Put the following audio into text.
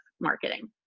marketing